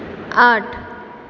आठ